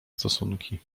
stosunki